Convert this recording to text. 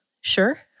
Sure